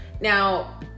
Now